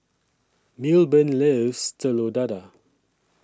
Milburn loves Telur Dadah